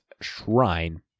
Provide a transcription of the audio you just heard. Shrine